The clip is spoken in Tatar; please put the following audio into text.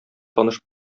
таныш